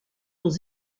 aux